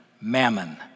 mammon